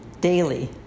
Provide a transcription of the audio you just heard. daily